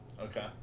Okay